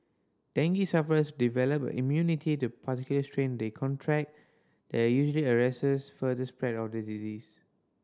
dengue sufferers develop an immunity to particular strain they contract that usually arrests further spread of the disease